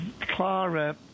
Clara